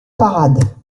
parades